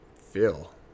feel